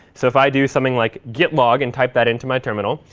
so if i do something like git log, and type that into my terminal,